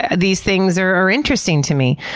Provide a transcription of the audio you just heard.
ah these things are are interesting to me.